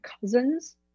cousins